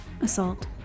assault